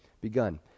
begun